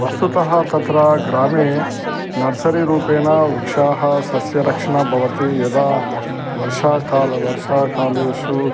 वस्तुतः तत्र ग्रामे नर्सरी रूपेण वृक्षाणां सस्यरक्षणं भवति यदा वर्षाकालः वर्षाकालेषु